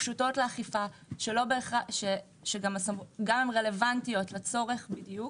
פשוטות לאכיפה שגם רלוונטיות לצורך דיוק